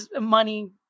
money